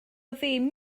ddim